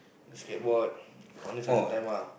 skateboard only sometime ah